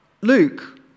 Luke